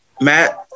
matt